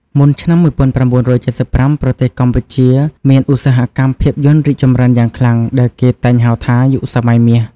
មុនឆ្នាំ ១៩៧៥ ប្រទេសកម្ពុជាមានឧស្សាហកម្មភាពយន្តរីកចម្រើនយ៉ាងខ្លាំង ដែលគេតែងហៅថា យុគសម័យមាស។